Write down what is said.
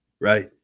right